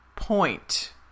point